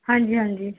ਹਾਂਜੀ ਹਾਂਜੀ